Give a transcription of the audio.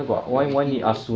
but you're eighteen though